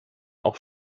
auch